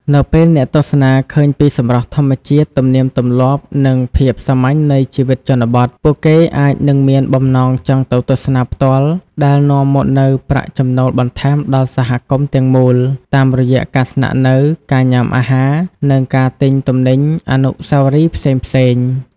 នៅពេលអ្នកទស្សនាឃើញពីសម្រស់ធម្មជាតិ ទំនៀមទម្លាប់ និងភាពសាមញ្ញនៃជីវិតជនបទ ពួកគេអាចនឹងមានបំណងចង់ទៅទស្សនាផ្ទាល់ ដែលនាំមកនូវប្រាក់ចំណូលបន្ថែមដល់សហគមន៍ទាំងមូល តាមរយៈការស្នាក់នៅ ការញ៉ាំអាហារ និងការទិញទំនិញអនុស្សាវរីយ៍ផ្សេងៗ។